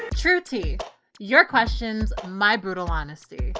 true tea your questions, my brutal honesty.